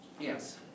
yes